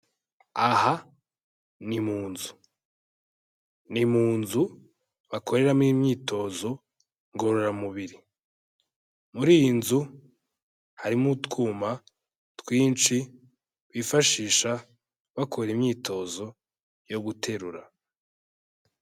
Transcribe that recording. Aha ni mu nzu. Ni mu nzu, bakoreramo imyitozo ngororamubiri. Muri iyi nzu, harimo utwuma twinshi bifashisha bakora imyitozo yo guterura.